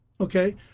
Okay